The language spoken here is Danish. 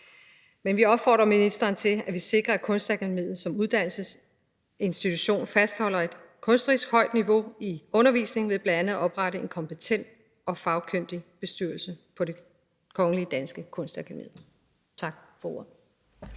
men vi opfordrer ministeren til, at vi sikrer, at kunstakademiet som uddannelsesinstitution fastholder et kunstnerisk højt niveau i undervisningen, bl.a. ved at vi opretter en kompetent og fagkyndig bestyrelse for Det Kongelige Danske Kunstakademi. Tak for ordet.